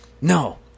no